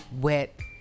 wet